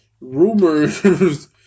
rumors